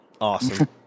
Awesome